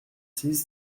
six